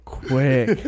quick